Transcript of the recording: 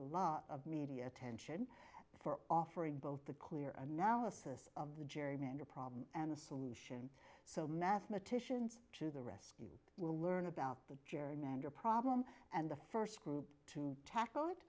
lot of media attention for offering both a clear analysis of the gerrymander problem and the solution so mathematicians to the rescue will learn about the gerrymander problem and the first group to tackle it